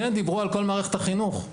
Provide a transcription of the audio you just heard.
כן דיברו על כל מערכת החינוך.